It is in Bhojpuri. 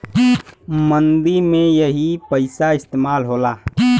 मंदी में यही पइसा इस्तेमाल होला